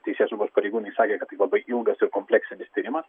teisėsaugos pareigūnai sakė kad tai labai ilgas ir kompleksinis tyrimas